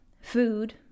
Food